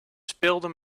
speelden